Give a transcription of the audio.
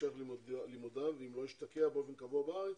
להמשך לימודיו ואם לא ישתקע באופן קבוע בארץ